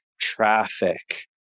traffic